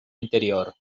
interior